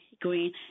Green